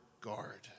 guard